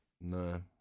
No